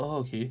oh okay